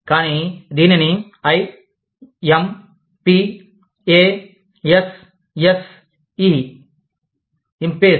కానీ దీనిని I M P A S S E